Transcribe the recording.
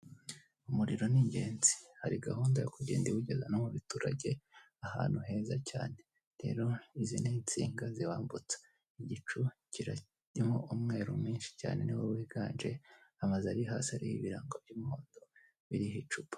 Umuriro ni ingenzi. Hari gahunda yo kugenda iwugeza no mu biturage, ahantu heza cyane. Rero izi ni insinga ziwambutsa. Igicu kirimo umweru mwinshi cyane ni wo wiganje, amazu ari hasi hari ibirango by'umuhondo biriho icupa.